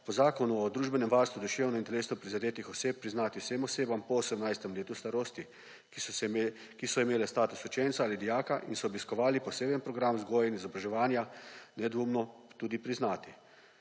po Zakonu o družbenem varstvu duševno in telesno prizadetih oseb priznati vsem osebam po 18. letu starosti, ki so imele status učenca ali dijaka in so obiskovale poseben program vzgoje in izobraževanja, nedvomno tudi priznati.